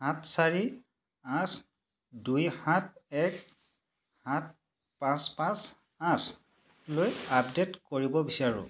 সাত চাৰি আঠ দুই সাত এক সাত পাঁচ পাঁচ আঠলৈ আপডে'ট কৰিব বিচাৰোঁ